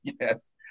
Yes